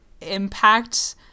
impact